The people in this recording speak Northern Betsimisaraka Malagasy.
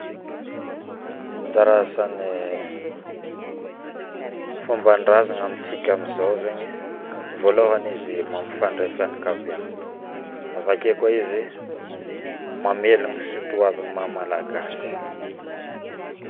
Anjara asany fombandrazagna amitsila amzao zaigny voalohany izy mampifandray fianakaviagna avakeo koa izy mamelo sotoavigny maha malagasy